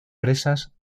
presas